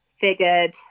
figured